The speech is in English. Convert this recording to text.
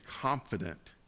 confident